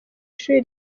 ishuri